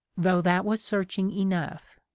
though that was searching enough.